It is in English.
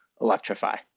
electrify